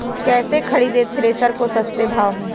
कैसे खरीदे थ्रेसर को सस्ते भाव में?